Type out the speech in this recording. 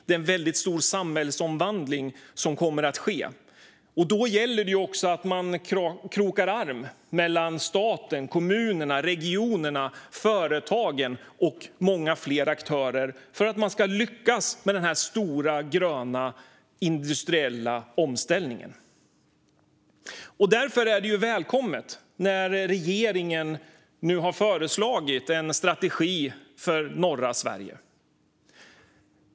Det är en väldigt stor samhällsomvandling som kommer att ske. Om man ska lyckas med den stora gröna industriella omställningen gäller det att staten, kommunerna, regionerna, företagen och många fler aktörer krokar arm. Därför är det välkommet att regeringen nu har föreslagit en strategi för norra Sverige.